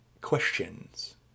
questions